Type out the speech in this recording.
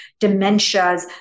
dementias